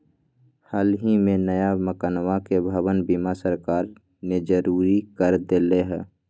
हल ही में नया मकनवा के भवन बीमा सरकार ने जरुरी कर देले है